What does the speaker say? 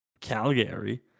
Calgary